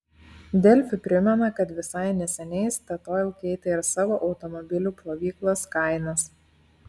delfi primena kad visai neseniai statoil keitė ir savo automobilių plovyklos kainas